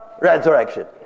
resurrection